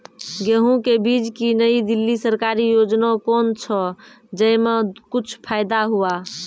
गेहूँ के बीज की नई दिल्ली सरकारी योजना कोन छ जय मां कुछ फायदा हुआ?